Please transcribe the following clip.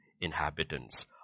inhabitants